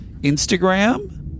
Instagram